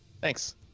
Thanks